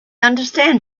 understand